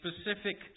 specific